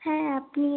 হ্যাঁ আপনি